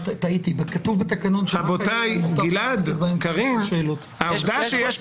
בהולנד אמנם לא